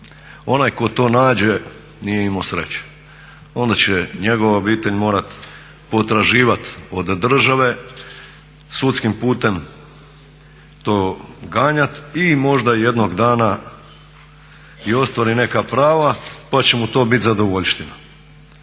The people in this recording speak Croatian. onaj tko to nađe nije imao sreće. Onda će njegova obitelj morati potraživat od države sudskim putem to ganjati i možda jednog dana i ostvari neka prava pa će mu to bit zadovoljština.